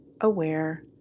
aware